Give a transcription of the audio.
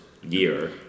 year